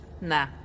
Nah